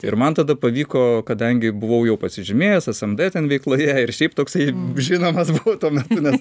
ir man tada pavyko kadangi buvau jau pasižymėjęs smd ten veikloje ir šiaip toksai žinomas buvau tuo metu nes